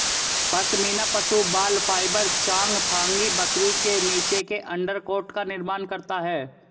पश्मीना पशु बाल फाइबर चांगथांगी बकरी के नीचे के अंडरकोट का निर्माण करता है